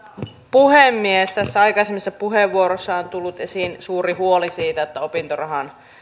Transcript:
puhemies aikaisemmissa puheenvuoroissa on tullut esiin suuri huoli siitä että opintorahan